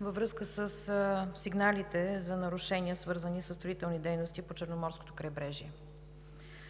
във връзка със сигналите за нарушения, свързани със строителни дейности по Черноморското крайбрежие.